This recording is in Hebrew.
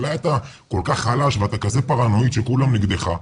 אולי אתה כל כך חלש ואתה כזה פרנואיד שכולם נגדך,